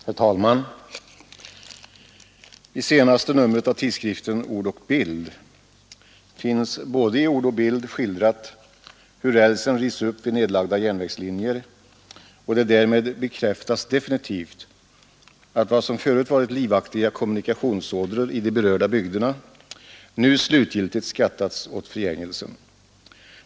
Herr talman! I senaste numret av tidskriften Ord och Bild finns både i ord och bild skildrat hur rälsen rivs upp vid nedlagda järnvägslinjer och det därmed definitivt bekräftas att vad som förut varit livaktiga kommunikationsådror i de berörda bygderna nu slutgiltigt har skattat åt förgängelsen.